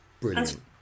Brilliant